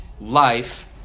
life